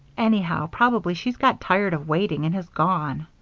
anyhow, probably she's got tired of waiting and has gone.